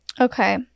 Okay